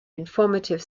informative